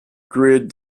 grid